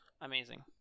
amazing